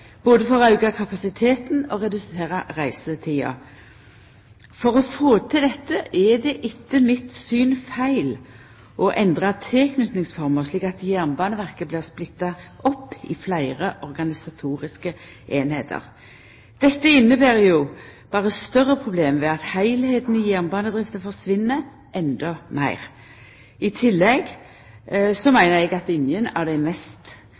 for å auka kapasiteten og redusera reisetida. For å få til dette er det etter mitt syn feil å endra tilknytingsformer, slik at Jernbaneverket blir splitta opp i fleire organisatoriske einingar. Dette inneber jo berre større problem ved at heilskapen i jernbanedrifta forsvinn endå meir. I tillegg meiner eg at ingen av dei mest